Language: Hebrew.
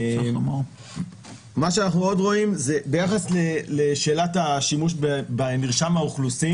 מה שאנחנו עוד רואים ביחס לשאלת השימוש במרשם האוכלוסין